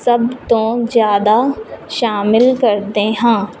ਸਭ ਤੋਂ ਜ਼ਿਆਦਾ ਸ਼ਾਮਿਲ ਕਰਦੇ ਹਾਂ